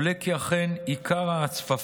עולה כי אכן, עיקר ההצפפה